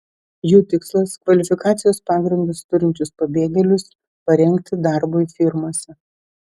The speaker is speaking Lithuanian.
jų tikslas kvalifikacijos pagrindus turinčius pabėgėlius parengti darbui firmose